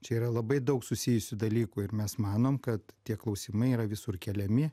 čia yra labai daug susijusių dalykų ir mes manom kad tie klausimai yra visur keliami